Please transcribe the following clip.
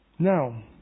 Now